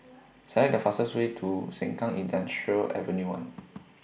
Select The fastest Way to Sengkang Industrial Avenue one